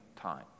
time